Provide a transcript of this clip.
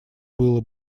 было